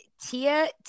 Tia